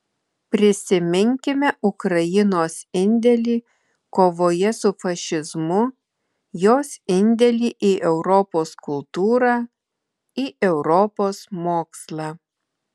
prisiminkime ukrainos indėlį kovoje su fašizmu jos indėlį į europos kultūrą į europos mokslą